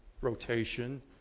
rotation